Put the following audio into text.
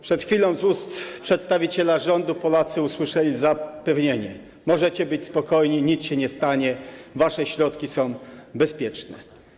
Przed chwilą z ust przedstawiciela rządu Polacy usłyszeli zapewnienie: możecie być spokojni, nic się nie stanie, wasze środki są bezpieczne.